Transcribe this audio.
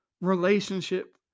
relationship